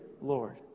Lord